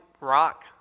rock